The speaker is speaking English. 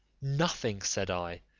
nothing, said i,